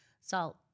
salt